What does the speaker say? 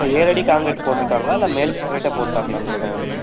இப்போ ஏழடி காங்கிரெட்டு போட்டுருக்காங்ளா இல்லை மேல் காங்கரட்டா போட்டாங்களா உங்களுது